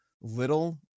little